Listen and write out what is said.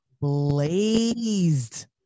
blazed